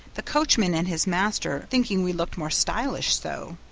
the coachman and his master thinking we looked more stylish so.